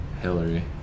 Hillary